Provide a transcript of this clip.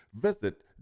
Visit